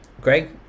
Greg